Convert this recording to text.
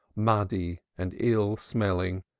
muddy and ill-smelling,